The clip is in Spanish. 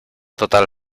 total